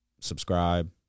Subscribe